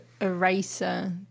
eraser